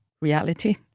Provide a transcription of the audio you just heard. reality